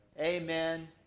Amen